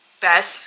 best